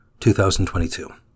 2022